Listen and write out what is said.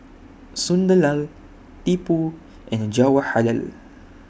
Sunderlal Tipu and Jawaharlal